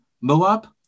Moab